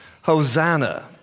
Hosanna